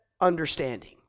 understanding